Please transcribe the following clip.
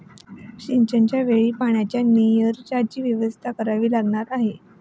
सिंचनाच्या वेळी पाण्याच्या निचर्याचीही व्यवस्था करावी लागणार आहे